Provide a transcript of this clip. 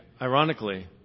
ironically